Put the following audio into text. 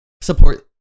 support